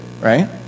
right